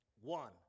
One